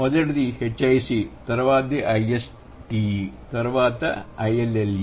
మొదటిది h i c తరువాత i s t e తరువాత i l l e